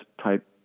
type